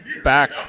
Back